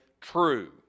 true